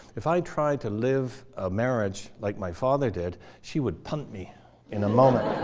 if i tried to live a marriage like my father did, she would punt me in a moment.